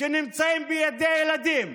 שנמצאים בידי הילדים,